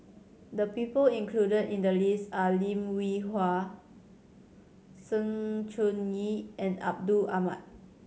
the people included in the list are Lim Hwee Hua Sng Choon Yee and Abdul Samad